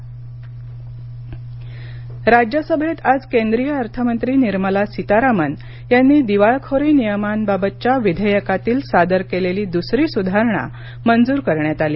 राज्यसभा राज्यसभेत आज केंद्रीय अर्थमंत्री निर्मला सीतारामन यांनी दिवाळखोरी नियमांबाबतच्या विधेयकातील सादर केलेली दुसरी सुधारणा मंजूर करण्यात आली